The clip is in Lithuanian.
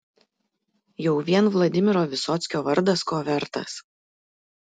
jau vien vladimiro vysockio vardas ko vertas